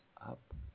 up